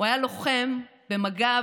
היה לוחם במג"ב,